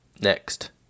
Next